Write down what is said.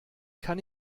kann